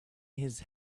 his